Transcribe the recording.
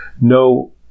no